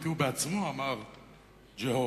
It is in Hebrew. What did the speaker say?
כי הוא בעצמו אמר "Jehovah".